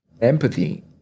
Empathy